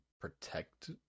protect